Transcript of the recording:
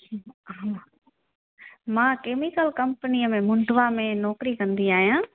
मां केमिकल कंपनीअ में मुंडवा में नौकिरी कंदी आहियां